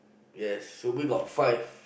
yes Shubi got five